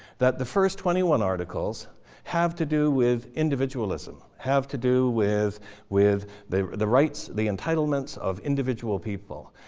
that the first twenty one articles have to do with individualism, have to do with with the the rights, the entitlements of individual people.